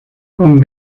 con